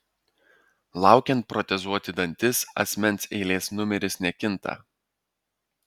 laukiant protezuoti dantis asmens eilės numeris nekinta